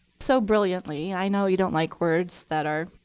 so brilliantly. i know you don't like words that are